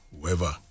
whoever